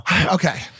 Okay